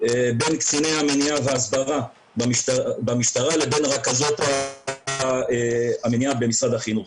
בין קציני המניעה והסברה במשטרה לבין רכזות המניעה במשרד החינוך.